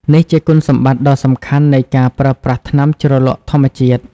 នេះជាគុណសម្បត្តិដ៏សំខាន់នៃការប្រើប្រាស់ថ្នាំជ្រលក់ធម្មជាតិ។